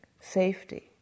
safety